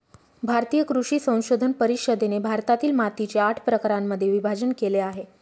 भारतीय कृषी संशोधन परिषदेने भारतातील मातीचे आठ प्रकारांमध्ये विभाजण केले आहे